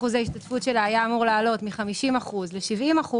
אחוז ההשתתפות שלה היה אמור לעלות מ-50% ל-70%,